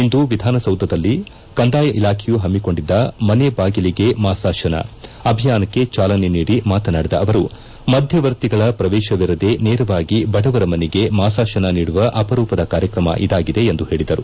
ಇಂದು ವಿಧಾನಸೌಧದಲ್ಲಿ ಕಂದಾಯ ಇಲಾಖೆಯು ಪಮ್ಮಿಕೊಂಡಿದ್ದ ಮನೆಬಾಗಿಲಿಗೇ ಮಾಸಾಶನ ಅಭಿಯಾನಕ್ಕೆ ಜಾಲನೆ ನೀಡಿ ಮಾತನಾಡಿದ ಅವರು ಮಧ್ಯವರ್ತಿಗಳ ಪ್ರವೇಶಎರದೆ ನೇರವಾಗಿ ಬಡವರ ಮನೆಗೆ ಮಾಸಾರನ ನೀಡುವ ಅಪರೂಪದ ಕಾರ್ಯಕ್ರಮ ಇದಾಗಿದೆ ಎಂದು ಹೇಳಿದರು